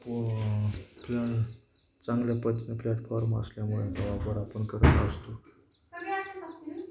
पण चांगल्या प्रकार प्लॅटफॉर्म असल्यामुळे वापर आपण करत असतो